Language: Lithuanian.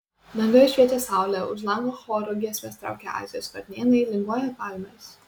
danguje šviečia saulė už lango choru giesmes traukia azijos varnėnai linguoja palmės